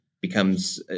becomes